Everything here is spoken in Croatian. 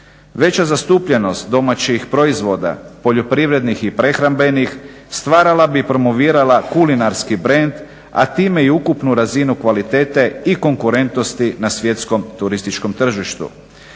Veća zastupljenost domaćih proizvoda, poljoprivrednih i prehrambenih stvarala bi i promovirala kulinarski brend, a time i ukupnu razinu kvalitete i konkurentnosti na svjetskom turističkom tržištu.